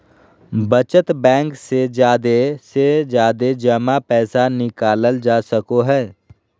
बचत बैंक से जादे से जादे जमा पैसा निकालल जा सको हय